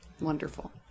Wonderful